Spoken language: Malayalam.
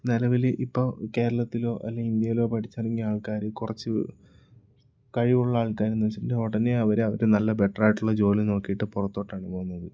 നിലവിൽ ഇപ്പോൾ കേരളത്തിലോ അല്ലെ ഇന്ത്യയിലോ പഠിച്ചിറങ്ങിയ ആൾക്കാര് കുറച്ച് കഴിവുള്ള ആൾക്കാരെന്ന് വെച്ചിട്ടുണ്ടെങ്കിൽ ഉടനെ അവര് അവര് നല്ല ബെറ്ററായിട്ടുള്ള ജോലി നോക്കിയിട്ട് പുറത്തോട്ടാണ് പോകുന്നത്